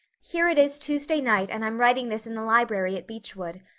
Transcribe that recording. here it is tuesday night and i'm writing this in the library at beechwood.